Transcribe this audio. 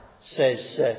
says